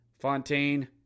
Fontaine